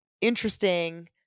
interesting